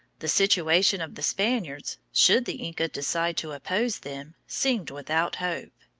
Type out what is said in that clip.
the situation of the spaniards, should the inca decide to oppose them, seemed without hope.